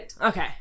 Okay